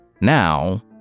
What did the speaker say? Now